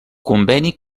conveni